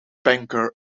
banker